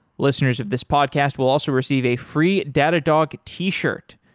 listeners of this podcast will also receive a free datadog t-shirt.